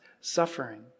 suffering